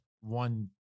one